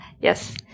Yes